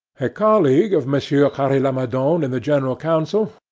a colleague of monsieur carre-lamadon in the general council,